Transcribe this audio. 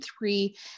three